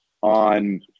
on